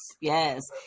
yes